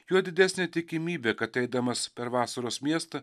juo didesnė tikimybė kad eidamas per vasaros miestą